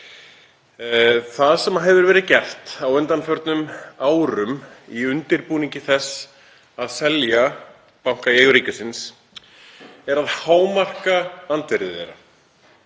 Það sem hefur verið gert á undanförnum árum í undirbúningi þess að selja banka í eigu ríkisins er að hámarka andvirði þeirra.